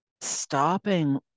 stopping